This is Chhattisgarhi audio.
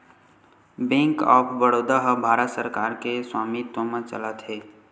बेंक ऑफ बड़ौदा ह भारत सरकार के स्वामित्व म चलत हे